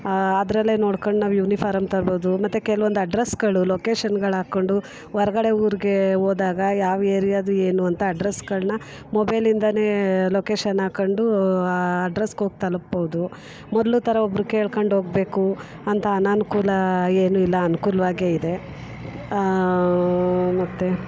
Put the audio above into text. ಅದರಲ್ಲೇ ನೋಡ್ಕೊಂಡು ನಾವು ಯುನಿಫಾರಮ್ ತರ್ಬೋದು ಮತ್ತು ಕೆಲ್ವೊಂದು ಅಡ್ರೆಸ್ಗಳು ಲೊಕೇಶನ್ಗಳು ಹಾಕ್ಕೊಂಡು ಹೊರ್ಗಡೆ ಊರಿಗೆ ಹೋದಾಗ ಯಾವ ಏರಿಯಾ ಅದು ಏನು ಅಂತ ಅಡ್ರೆಸ್ಗಳನ್ನು ಮೊಬೈಲಿಂದಲೇ ಲೊಕೇಶನ್ ಹಾಕ್ಕೊಂಡು ಆ ಅಡ್ರೆಸ್ಸಿಗೆ ಹೋಗಿ ತಲುಪ್ಬೋದು ಮೊದಲ ಥರ ಒಬ್ಬರ ಕೇಳ್ಕೊಂಡು ಹೋಗ್ಬೇಕು ಅಂತ ಅನಾನುಕೂಲ ಏನೂ ಇಲ್ಲ ಅನ್ಕೂಲವಾಗೆ ಇದೆ ಮತ್ತು